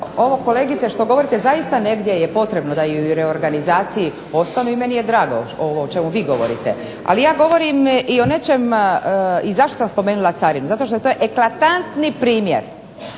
Ovo kolegice što govorite zaista negdje je potrebno da i u reorganizaciji ostanu i meni je drago ovo o čemu vi govorite. Ali ja govorim i o nečemu i zašto sam spomenula carinu, zato što je to eklatantni primjer